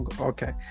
okay